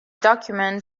document